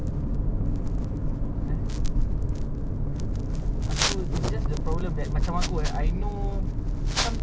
for bicycle aku limit kan diri aku five hundred jer that time bila aku nak beli basikal but kau tengok berapa jual beli basikal